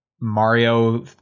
Mario